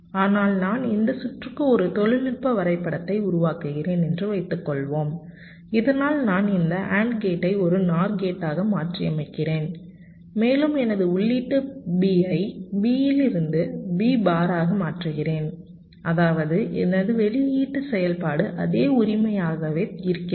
ஆனால் நான் இந்த சுற்றுக்கு ஒரு தொழில்நுட்ப வரைபடத்தை உருவாக்குகிறேன் என்று வைத்துக்கொள்வோம் இதனால் நான் இந்த AND கேட்டை ஒரு NOR கேட்டாக மாற்றியமைக்கிறேன் மேலும் எனது உள்ளீட்டு B ஐ B இலிருந்து B பாராக மாற்றுகிறேன் அதாவது எனது வெளியீட்டு செயல்பாடு அதே உரிமையாகவே இருக்கிறதா